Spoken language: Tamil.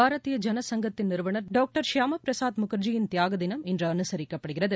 பாரதிய ஜனசங்கத்தின் நிறுவனர் டாக்டர் ஷியாமா பிரசாத் முகர்ஜியின் தியாக தினம் இன்று அனுசரிக்கப்படுகிறது